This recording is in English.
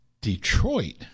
Detroit